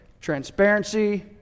Transparency